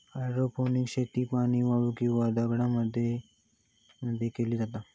hydroponics शेती पाणी, वाळू किंवा दगडांमध्ये मध्ये केली जाता